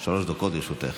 שלוש דקות לרשותך.